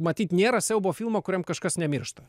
matyt nėra siaubo filmo kuriam kažkas nemiršta